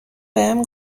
بهم